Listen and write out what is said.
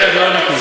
אין, זה הנתון.